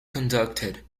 conducted